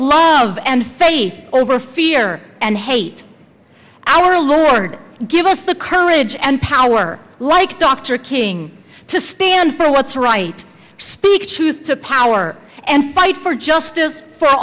and faith over fear and hate our lord give us the courage and power like dr king to stand for what's right speak choose to power and fight for justice for